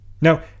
Now